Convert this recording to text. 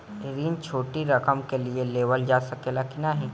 ऋण छोटी रकम के लिए लेवल जा सकेला की नाहीं?